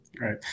right